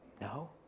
No